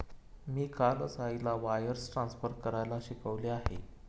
मी कालच आईला wires transfer करायला शिकवले आहे